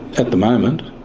at the moment,